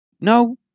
No